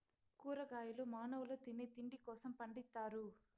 కూరగాయలు మానవుల తినే తిండి కోసం పండిత్తారు